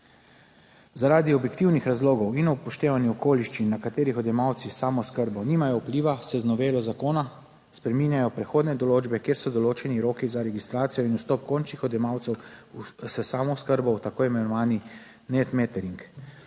Zaradi objektivnih razlogov in upoštevanju okoliščin na katerih odjemalci samooskrbo nimajo vpliva, se z novelo zakona spreminjajo prehodne določbe, kjer so določeni roki za registracijo in vstop končnih odjemalcev s samooskrbo v tako imenovani net metering.